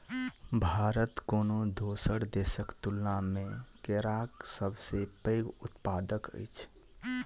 भारत कोनो दोसर देसक तुलना मे केराक सबसे पैघ उत्पादक अछि